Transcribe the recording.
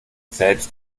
selbst